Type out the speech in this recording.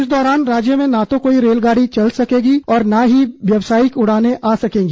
इस दौरान राज्य में न तो कोई रेलगाड़ी चल सकेगी और न ही व्यावसायिक उड़ाने आ सकेंगी